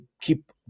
keep